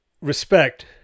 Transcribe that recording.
Respect